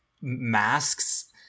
masks